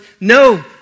No